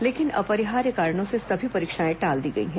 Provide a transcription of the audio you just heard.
लेकिन अपरिहार्य कारणों से सभी परीक्षाएं टाल दी गई हैं